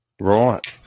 Right